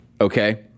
Okay